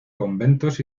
conventos